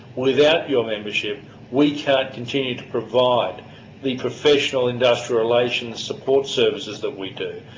without your membership we can't continue to provide the professional industrial relations support services that we do,